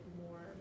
more